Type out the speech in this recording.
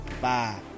Bye